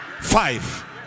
Five